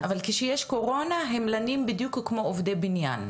אבל כשיש קורונה הם לנים בדיוק כמו עובדי בניין.